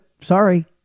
sorry